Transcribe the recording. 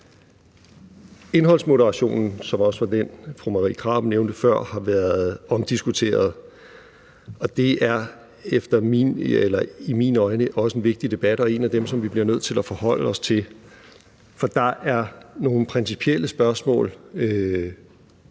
Indholdsmoderationen, som også er den, fru Marie Krarup nævnte før, har været omdiskuteret, og det er i mine øjne også en vigtig debat og en af dem, som vi bliver nødt til at forholde os til. For der er nogle principielle spørgsmål